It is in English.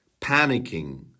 panicking